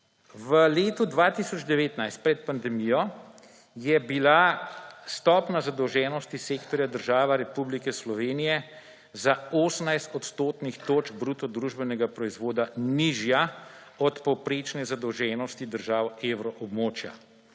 V letu 2019, pred pandemijo, je bila stopnja zadolženosti sektorja država Republike Slovenije za 18 odstotnih točk bruto družbenega proizvoda nižja od povprečne zadolženosti držav evroobmočja